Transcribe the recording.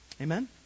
Amen